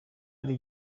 ari